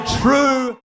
true